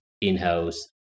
in-house